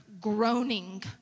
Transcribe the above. groaning